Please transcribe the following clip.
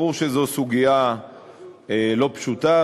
ברור שזו סוגיה לא פשוטה,